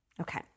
Okay